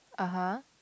(uh huh)